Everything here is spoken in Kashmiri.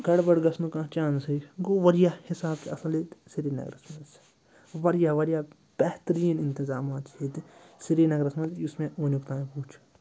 گَڈبَڈ گَژھنُک کانٛہہ چانسٕے گوٚو واریاہ حِساب چھُ اَصٕل ییٚتہِ سرینگرَس منٛز واریاہ واریاہ بہتریٖن اِنتظامات چھِ ییٚتہِ سرینگرَس منٛز یُس مےٚ وٕنیُک تام وٕچھ